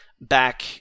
back